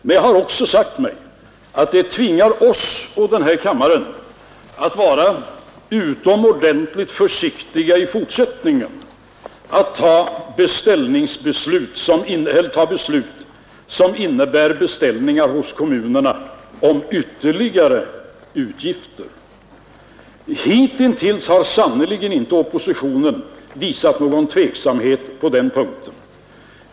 Men jag har också sagt mig att det tvingar oss, och denna kammare, att vara utomordentligt försiktiga i fortsättningen med beslut som innebär beställningar hos kommunerna om ytterligare utgifter. Hitintills har sannerligen inte oppositionen visat någon tveksamhet på den punkten.